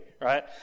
right